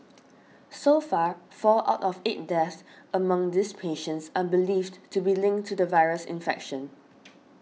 so far four out of eight deaths among these patients are believed to be linked to the virus infection